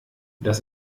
das